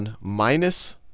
minus